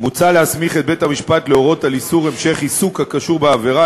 מוצע להסמיך את בית-המשפט להורות על איסור המשך עיסוק הקשור בעבירה,